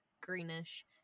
greenish